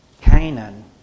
Canaan